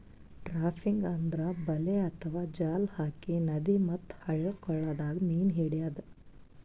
trapping ಅಂದ್ರ ಬಲೆ ಅಥವಾ ಜಾಲ್ ಹಾಕಿ ನದಿ ಮತ್ತ್ ಹಳ್ಳ ಕೊಳ್ಳದಾಗ್ ಮೀನ್ ಹಿಡ್ಯದ್